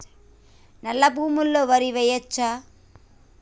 నల్లా భూమి లో వరి వేయచ్చా?